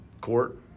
court